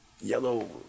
Yellow